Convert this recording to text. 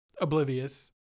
Oblivious